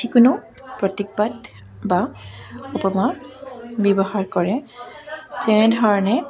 যিকোনো প্ৰতীকবাদ বা উপমাৰ ব্যৱহাৰ কৰে যেনেধৰণে